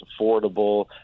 affordable